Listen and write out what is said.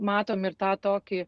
matom ir tą tokį